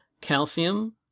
calcium